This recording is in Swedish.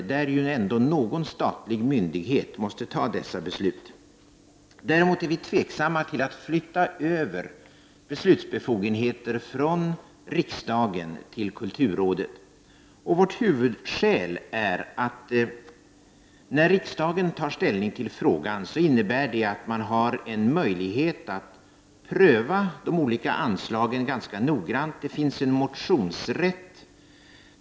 Det är ju ändå någon statlig myndighet som måste fatta dessa beslut. Däremot är vi tveksamma till att flytta över beslutsbefogenheter från riksdagen till kulturrådet. Vårt huvudskäl till detta är att riksdagen när den tar ställning till frågan har möjlighet att pröva de olika anslagen ganska noggrant, och det finns en motionsrätt.